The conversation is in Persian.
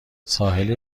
ساحل